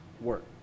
work